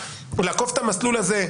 לעקוף את המסלול הזה.